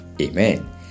Amen